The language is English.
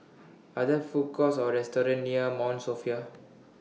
Are There Food Courts Or restaurants near Mount Sophia